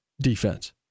defense